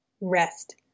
Rest